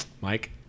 Mike